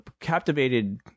captivated